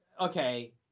Okay